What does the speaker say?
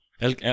el